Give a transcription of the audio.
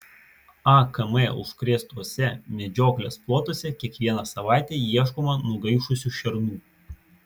akm užkrėstuose medžioklės plotuose kiekvieną savaitę ieškoma nugaišusių šernų